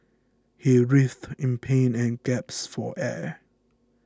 he writhed in pain and gasped for air